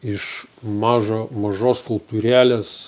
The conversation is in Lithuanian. iš mažo mažos skulptūrėlės